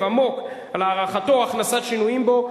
עמוק על הארכתו או הכנסת שינויים בו,